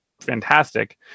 fantastic